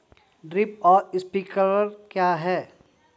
Drip और sprinkler क्या हैं?